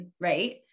Right